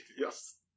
Yes